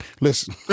Listen